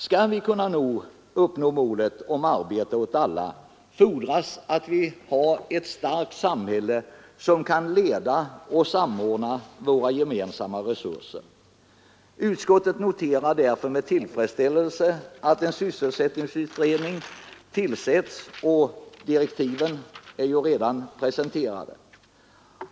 Skall vi kunna uppnå målet arbete åt alla, fordras att vi har ett starkt samhälle som kan leda och samordna våra gemensamma resurser. Utskottet noterar därför med tillfredsställelse att en sysselsättningsutredning tillsätts, och direktiven är redan presenterade.